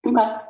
Okay